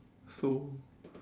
so